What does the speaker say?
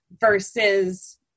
versus